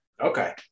Okay